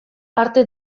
arte